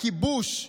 הכיבוש,